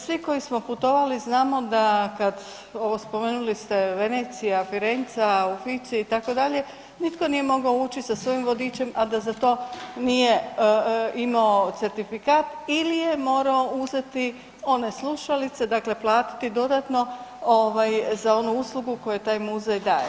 Svi koji smo putovali znamo da kad, ovo spomenuli ste Venecija, Firenca, Oficij itd. nitko nije mogao ući sa svojim vodičem, a da za to nije imao certifikat ili je morao uzeti one slušalice dakle platiti dodatno ovaj za onu uslugu koju taj muzej daje.